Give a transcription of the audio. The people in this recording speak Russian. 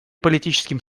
политическим